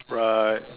right